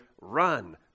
run